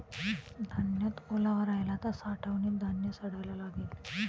धान्यात ओलावा राहिला तर साठवणीत धान्य सडायला लागेल